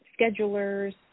schedulers